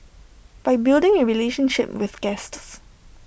by building A relationship with guests